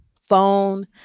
phone